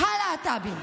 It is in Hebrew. ה-להט"בים,